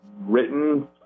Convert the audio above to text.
written